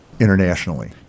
internationally